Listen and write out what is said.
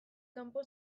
kanpo